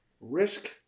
Risk